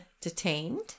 detained